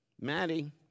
Maddie